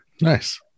Nice